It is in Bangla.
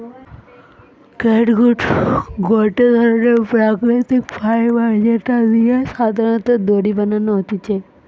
ক্যাটগুট গটে ধরণের প্রাকৃতিক ফাইবার যেটা দিয়ে সাধারণত দড়ি বানানো হতিছে